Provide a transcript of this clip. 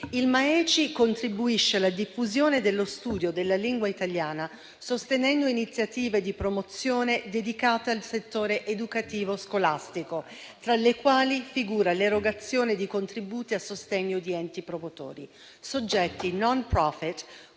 (MAECI) contribuisce alla diffusione dello studio della lingua italiana, sostenendo iniziative di promozione dedicate al settore educativo scolastico, tra le quali figura l'erogazione di contributi a sostegno di enti promotori, soggetti *non profit*